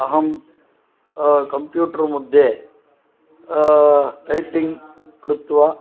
अहं कम्प्यूटर्मध्ये टैपिङ्ग् कृत्वा